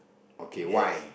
okay why